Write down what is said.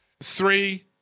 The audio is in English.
Three